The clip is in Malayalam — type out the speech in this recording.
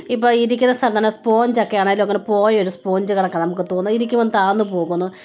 ഇപ്പോൾ ഇരിക്കുന്ന സ്ഥലം തന്നെ സ്പോഞ്ചൊക്കെ ആണെങ്കിലും അങ്ങനെ പോയ ഒരു സ്പോഞ്ച് കണക്കാണ് നമുക്ക് തോന്നുന്നത് ഇരിക്കുമ്പം താഴ്ന്നു പോകുന്നു